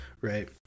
right